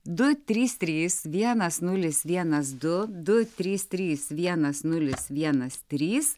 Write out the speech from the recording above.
du trys trys vienas nulis vienas du du trys trys vienas nulis vienas trys